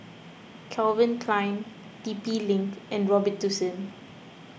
Calvin Klein T P Link and Robitussin